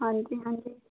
ਹਾਂਜੀ ਹਾਂਜੀ